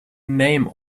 name